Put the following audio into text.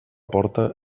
porta